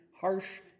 harsh